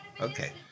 Okay